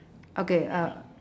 okay uh